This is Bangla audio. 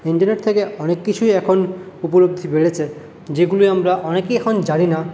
ইন্টারনেট থেকে অনেক কিছুই এখন উপলব্ধি বেড়েছে যেগুলি আমরা অনেকেই এখন জানি না